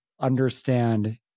understand